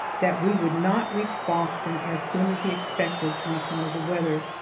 that we would not reach boston as soon as he expected, on account of the weather.